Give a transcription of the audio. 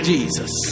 Jesus